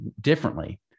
differently